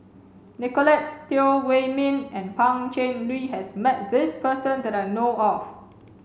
Nicolette Teo Wei min and Pan Cheng Lui has met this person that I know of